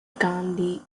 gandhi